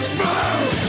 Smile